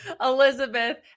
Elizabeth